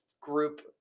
group